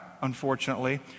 unfortunately